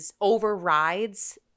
overrides